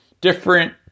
different